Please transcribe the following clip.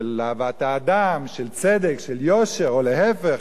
של צדק, של יושר, או להיפך.